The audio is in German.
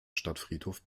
stadtfriedhof